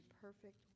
perfect